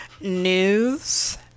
news